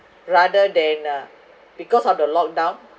rather than uh because of the lockdown